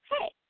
hey